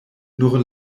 nur